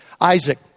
Isaac